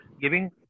giving